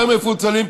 יותר מפוצלים,